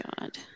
God